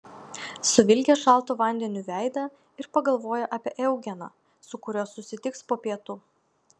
suvilgė šaltu vandeniu veidą ir pagalvojo apie eugeną su kuriuo susitiks po pietų